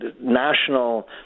national